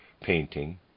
painting